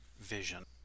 vision